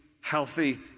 healthy